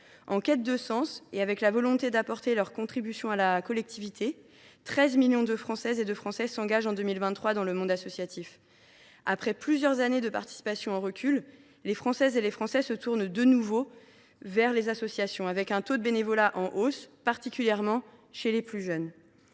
En quête de sens et désireux d’apporter leur contribution à la collectivité, 13 millions de Français se sont engagés en 2023 dans le monde associatif. Après plusieurs années de participation en recul, les Françaises et les Français se tournent de nouveau vers les associations, le taux de bénévolat étant en hausse, particulièrement chez les plus jeunes.